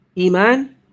Iman